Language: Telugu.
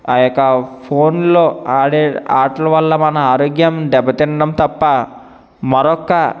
ఆ యొక్క ఫోన్లో ఆడే ఆటల వల్ల మన ఆరోగ్యం దెబ్బతినడం తప్ప మరొక